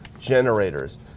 generators